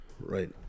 right